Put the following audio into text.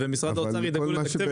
ומשרד האוצר ידאגו לתקצב את זה.